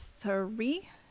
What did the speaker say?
three